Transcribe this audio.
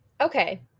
Okay